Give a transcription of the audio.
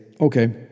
okay